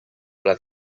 pla